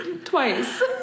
Twice